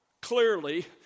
Clearly